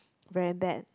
very bad